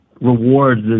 rewards